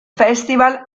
festival